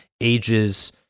ages